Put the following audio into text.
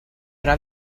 era